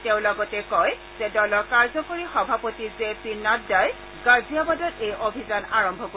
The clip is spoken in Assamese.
তেওঁ লগতে কয় যে দলৰ কাৰ্যকৰী সভাপতি জেপি নাড্ডাই গাজিয়াবাদত এই অভিযান আৰম্ভ কৰিব